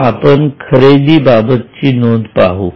समजा आपण खरेदी बाबत ची नोंद पाहू